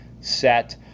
set